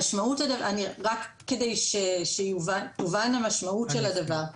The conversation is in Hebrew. רק כדי שתובן המשמעות של הדבר.